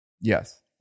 Yes